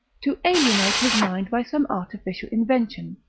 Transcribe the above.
to alienate his mind, by some artificial invention,